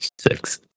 Six